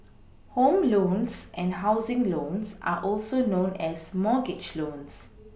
home loans and housing loans are also known as mortgage loans